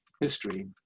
history